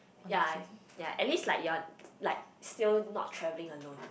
ya ya at least like you're like still not travellling alone